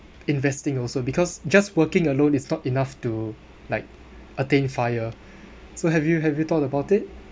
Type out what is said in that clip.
investing also because just working alone is not enough to like attain FIRE so have you have you thought about it